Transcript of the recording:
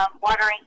watering